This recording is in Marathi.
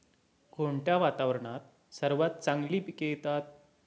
कोणत्या वातावरणात सर्वात चांगली पिके येतात?